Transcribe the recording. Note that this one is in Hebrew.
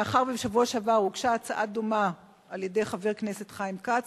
מאחר שבשבוע שעבר הוגשה הצעה דומה על-ידי חבר כנסת חיים כץ,